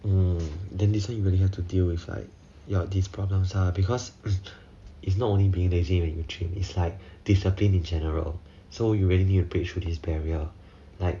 hmm then this one you really have to deal with like your these problems ah because it's not only being lazy when you train is like discipline in general so you really need to bridge through this barrier like